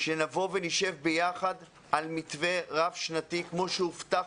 שנבוא ונשב ביחד על מתווה רב שנתי כמו שהובטח